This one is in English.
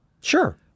Sure